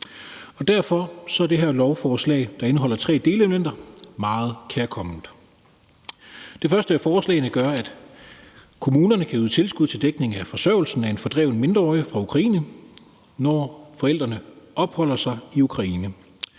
Derfor er det her lovforslag, der indeholder tre delelementer, meget kærkomment. Det første af forslagene gør, at kommunerne kan yde tilskud til dækning af forsørgelsen af en fordreven mindreårig fra Ukraine, når forældrene opholder sig i Ukraine,